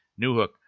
Newhook